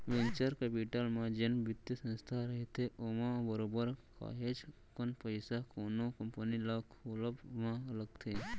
venture capital म जेन बित्तीय संस्था रहिथे ओमा बरोबर काहेच कन पइसा कोनो कंपनी ल खोलब म लगथे